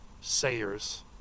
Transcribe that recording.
sayers